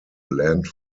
land